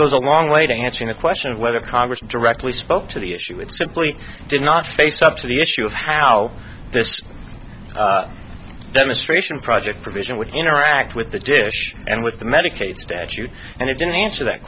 goes a long way to answering the question of whether congress directly spoke to the issue and simply did not face up to the issue of how this demonstration project provision would interact with the dish and with the medicaid statute and it didn't answer that